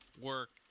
Work